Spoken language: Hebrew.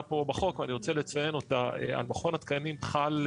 פה בחוק ואני רוצה לציין אותה: על מכון התקנים חל,